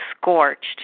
scorched